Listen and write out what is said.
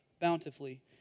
bountifully